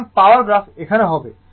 এখন power graph এখানে হবে